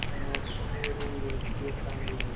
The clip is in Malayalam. ഞങ്ങള്ക്ക് ഒരു ഇരുപത്തിയെട്ടാം തീയതി